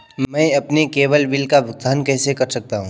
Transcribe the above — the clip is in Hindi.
मैं अपने केवल बिल का भुगतान कैसे कर सकता हूँ?